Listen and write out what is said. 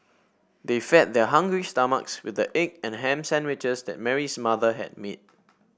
they fed their hungry stomachs with the egg and ham sandwiches that Mary's mother had made